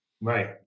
Right